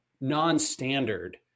non-standard